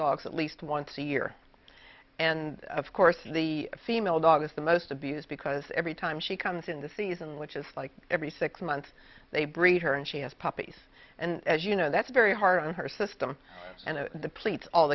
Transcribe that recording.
dogs at least once a year and of course the female dog is the most abused because every time she comes in the season which is like every six months they breed her and she has puppies and as you know that's very hard on her system and